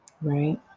right